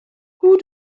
who